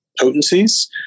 potencies